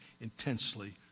intensely